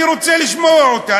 אני רוצה לשמוע אותה,